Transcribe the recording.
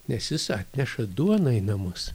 nes jis atneša duoną į namus